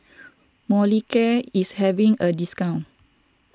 Molicare is having a discount